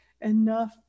enough